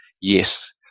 Yes